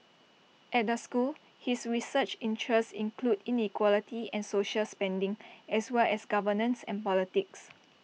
at the school his research interests include inequality and social spending as well as governance and politics